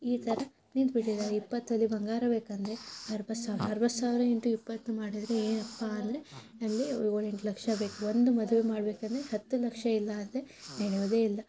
ಈ ಥರ ನಿಂತ್ಬಿಟ್ಟಿದಾರೆ ಇಪ್ಪತ್ತು ತೊಲೆ ಬಂಗಾರ ಬೇಕಂದರೆ ಅರುವತ್ತು ಸಾವಿರ ಅರುವತ್ತು ಸಾವಿರ ಇಂಟು ಇಪ್ಪತ್ತು ಮಾಡಿದರೆ ಏನಪ್ಪ ಅಂದರೆ ಅಲ್ಲಿ ಏಳು ಎಂಟು ಲಕ್ಷ ಬೇಕು ಒಂದು ಮದುವೆ ಮಾಡಬೇಕಂದ್ರೆ ಹತ್ತು ಲಕ್ಷ ಇಲ್ಲ ಅಂದರೆ ನಡೆಯೋದೇ ಇಲ್ಲ